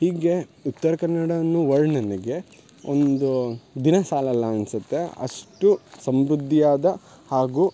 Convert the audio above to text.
ಹೀಗೆ ಉತ್ತರಕನ್ನಡನ್ನು ವರ್ಣನೆಗೆ ಒಂದು ದಿನ ಸಾಲಲ್ಲ ಅನ್ಸುತ್ತೆ ಅಷ್ಟು ಸಮೃದ್ಧಿ ಆದ ಹಾಗು